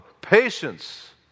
Patience